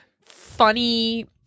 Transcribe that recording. funny